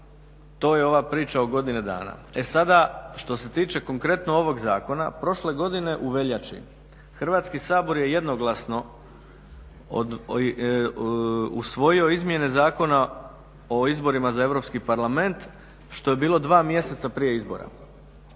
to je ova priča o godini dana. E sada, što se tiče konkretno ovog zakona prošle godine u veljači Hrvatski sabor je jednoglasno usvojio izmjene Zakona o izborima za Europski parlament što je bilo dva mjeseca prije izbora.